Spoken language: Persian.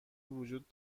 وجود